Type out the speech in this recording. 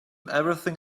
everything